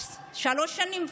שלוש שנים.